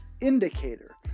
indicator